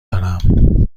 دارم